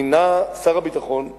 מינה שר הביטחון ועדה,